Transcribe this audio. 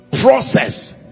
Process